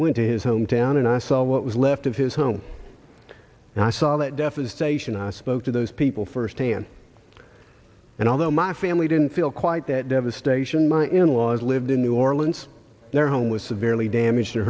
went to his home town and i saw what was left of his home and i saw that definite station i spoke to those people firsthand and although my family didn't feel quite that devastation my in laws lived in new orleans their home was severely damaged to